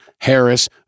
Harris